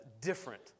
different